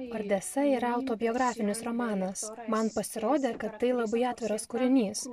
odesa yra autobiografinis romanas man pasirodė kad tai labai atviras kūrinys